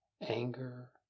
anger